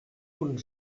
punt